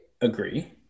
agree